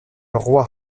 roi